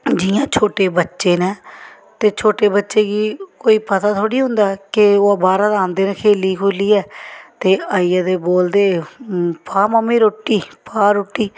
जि'यां छोटे बच्चे न ते छोटे बच्चे गी कोई पता थोह्ड़ी होंदा कि ओह् बाह्रा दा आंदे न खेली खोलियै ते आइयै ते बोलदे फा मम्मी रुट्टी पा रुट्टी